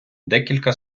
декілька